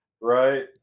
Right